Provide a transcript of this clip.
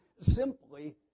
simply